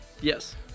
Yes